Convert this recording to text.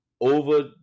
over